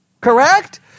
Correct